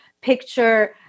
picture